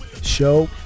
Show